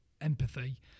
empathy